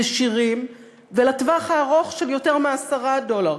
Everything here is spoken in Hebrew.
ישירים, ולטווח הארוך, של יותר מ-10 דולר.